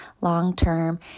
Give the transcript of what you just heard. long-term